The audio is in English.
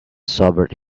sobered